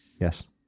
Yes